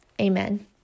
amen